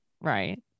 right